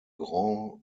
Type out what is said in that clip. grand